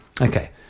Okay